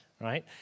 right